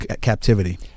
captivity